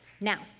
Now